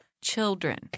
children